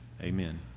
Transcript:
Amen